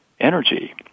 energy